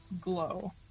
glow